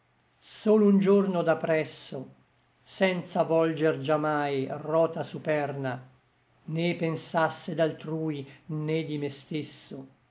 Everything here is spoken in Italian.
sol un giorno da presso senza volger già mai rota superna né pensasse d'altrui né di me stesso